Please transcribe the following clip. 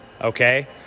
Okay